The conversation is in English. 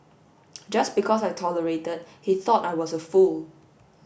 just because I tolerated he thought I was a fool